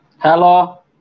Hello